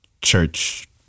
church